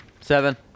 Seven